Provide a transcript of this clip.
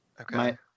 okay